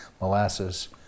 molasses